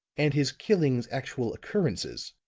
and his killings actual occurrences.